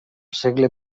segle